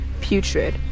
putrid